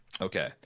Okay